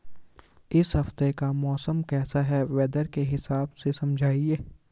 इस हफ्ते का मौसम कैसा है वेदर के हिसाब से समझाइए?